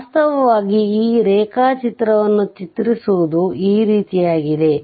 ವಾಸ್ತವವಾಗಿ ಈ ರೇಖಾಚಿತ್ರವನ್ನು ಚಿತ್ರಿಸುವುದು ಈ ರೀತಿಯದ್ದಾಗಿದೆ